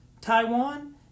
Taiwan